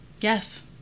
Yes